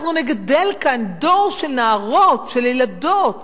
אנחנו נגדל כאן דור של נערות, של ילדות,